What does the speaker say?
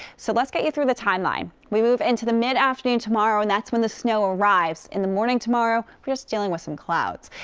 so let's get you through the timeline. we move into the afternoon tomorrow. and that's when the snow arrives. in the morning tomorrow, just dealing with some clouds.